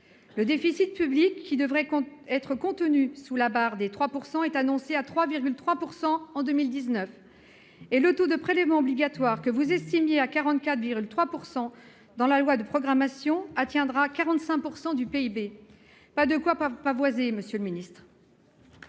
Le déficit public, qui devait être contenu sous la barre des 3 %, est annoncé à 3,3 % en 2019. Quant au taux de prélèvements obligatoires, que vous estimiez à 44,3 % dans la loi de programmation, il atteindra 45 % du PIB. Il n'y a pas de quoi pavoiser, monsieur le secrétaire